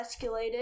escalated